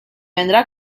vendrá